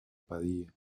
padilla